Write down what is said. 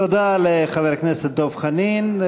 תודה לחבר הכנסת דב חנין.